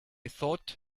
thought